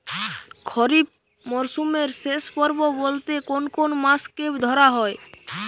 খরিপ মরসুমের শেষ পর্ব বলতে কোন কোন মাস কে ধরা হয়?